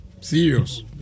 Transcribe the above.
Serious